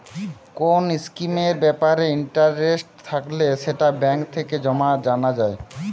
কোন স্কিমের ব্যাপারে ইন্টারেস্ট থাকলে সেটা ব্যাঙ্ক থেকে জানা যায়